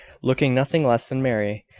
looking nothing less than merry,